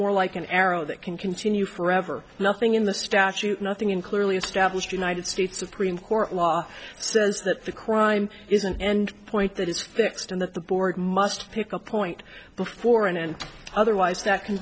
more like an arrow that can continue forever nothing in the statute nothing in clearly established united states supreme court law says that the crime is an end point that is fixed and that the board must pick a point before an end otherwise that c